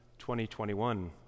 2021